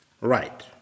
Right